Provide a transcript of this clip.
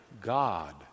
God